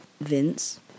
Vince